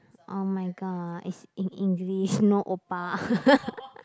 oh-my-god it's in English no oppa